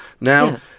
Now